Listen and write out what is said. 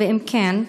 2. אם כן,